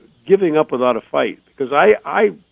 giving up without a fight, because i.